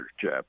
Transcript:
chap